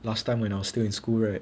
last time when I was still in school right